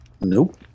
Nope